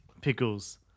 pickles